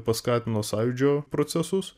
paskatino sąjūdžio procesus